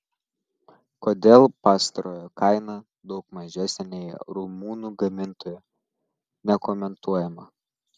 kodėl pastarojo kaina daug mažesnė nei rumunų gamintojo nekomentuojama